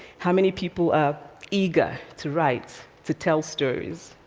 how many people are eager to write, to tell stories.